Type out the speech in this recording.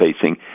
facing